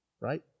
Right